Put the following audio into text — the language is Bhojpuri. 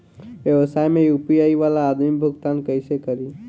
व्यवसाय में यू.पी.आई वाला आदमी भुगतान कइसे करीं?